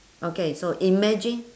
okay so imagine